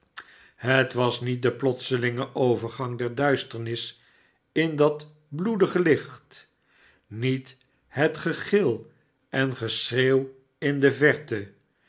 het was niet de plotselinge overgang der duisternis in dat bloedige licht niet het gegil en geschreeuw in de verte